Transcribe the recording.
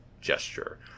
gesture